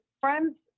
friends